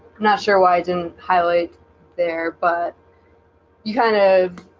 not sure why i didn't highlight there but you kind of